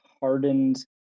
hardened